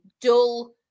dull